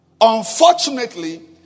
Unfortunately